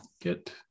Get